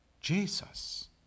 Jesus